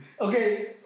Okay